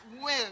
win